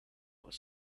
was